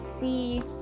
see